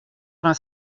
vingt